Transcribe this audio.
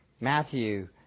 Matthew